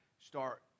start